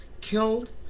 killed